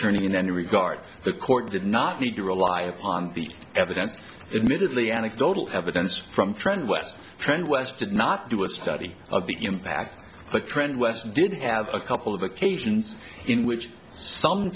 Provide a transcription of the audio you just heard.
attorney in any regard the court did not need to rely upon the evidence immediately anecdotal evidence from trend west trend west did not do a study of the impact but trend west did have a couple of occasions in which some